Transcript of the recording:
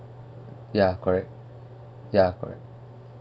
ya correct ya correct